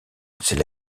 c’est